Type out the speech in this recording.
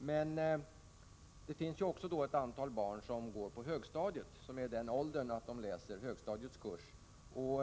Men det finns också ett antal barn som är i den åldern att de läser högstadiets kurs, och